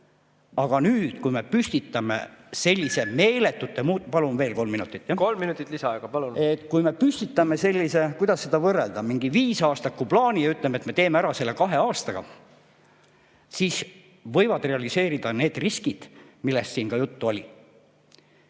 Aga nüüd, kui me püstitame sellise meeletu ... Palun veel kolm minutit. Kolm minutit lisaaega, palun! ... kuidas seda võrrelda, mingi viisaastakuplaani ja ütleme, et me teeme selle ära kahe aastaga, siis võivad realiseeruda need riskid, millest siin juttu oli.